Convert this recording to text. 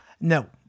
No